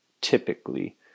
typically